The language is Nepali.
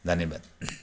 धन्यवाद